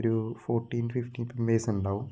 ഒരു fourteen fifteen members ഉണ്ടാവും